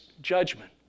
judgment